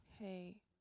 Hey